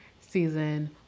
season